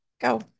go